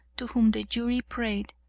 to whom the jury prayed,